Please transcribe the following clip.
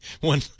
one